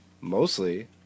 mostly